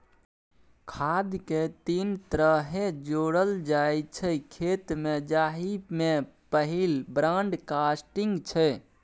खाद केँ तीन तरहे जोरल जाइ छै खेत मे जाहि मे पहिल ब्राँडकास्टिंग छै